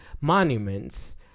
monuments